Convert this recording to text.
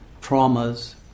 traumas